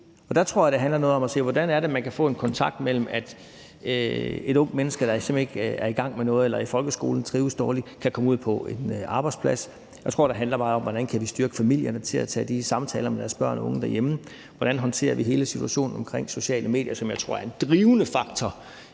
Der tror jeg, det handler noget om at se på, hvordan man kan få en kontakt imellem det, så et ungt menneske, der simpelt hen ikke er i gang med noget, eller som i folkeskolen trives dårligt, kan komme ud på en arbejdsplads. Jeg tror, det handler meget om, hvordan vi kan styrke familierne til at tage de samtaler med deres børn og unge derhjemme, og hvordan vi håndterer hele situationen omkring sociale medier, som jeg tror er en drivende faktor